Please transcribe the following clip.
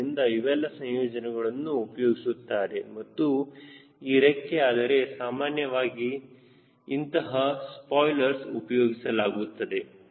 ಆದ್ದರಿಂದ ಇವೆಲ್ಲ ಸಂಯೋಜನೆಗಳನ್ನು ಉಪಯೋಗಿಸುತ್ತಾರೆ ಮತ್ತು ಈ ರೆಕ್ಕೆ ಆದರೆ ಸಾಮಾನ್ಯವಾಗಿ ಇಂತಹ ಸ್ಪಾಯ್ಲರ್ಸ್ ಉಪಯೋಗಿಸಲಾಗುತ್ತದೆ